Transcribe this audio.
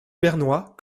bernois